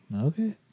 Okay